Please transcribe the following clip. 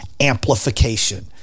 amplification